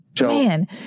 Man